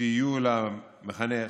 שיהיו למחנך,